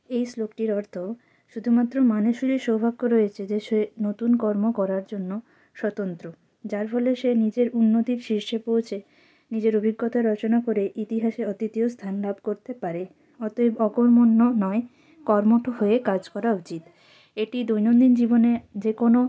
এই শ্লোকটির অর্থ শুধুমাত্র মানুষেরই সৌভাগ্য রয়েছে যে সে নতুন কর্ম করার জন্য স্বতন্ত্র যার ফলে সে নিজের উন্নতির শীর্ষে পৌঁছে নিজের অভিজ্ঞতা রচনা করে ইতিহাসে অদ্বিতীয় স্থান লাভ করতে পারে অতএব অকর্মণ্য নয় কর্মঠ হয়ে কাজ করা উচিত এটি দৈনন্দিন জীবনে যে কোনো